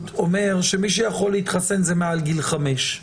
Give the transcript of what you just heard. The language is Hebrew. אומר שמי שיכול להתחסן זה מעל גיל חמש.